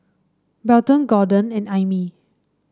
Belton Gorden and Aimee